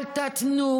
אל תתנו,